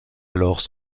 alors